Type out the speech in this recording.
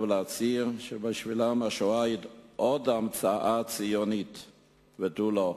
ולהצהיר שבשבילם השואה היא עוד המצאה ציונית ותו-לא.